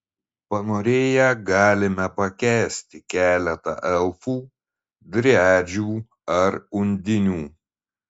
panorėję galime pakęsti keletą elfų driadžių ar undinių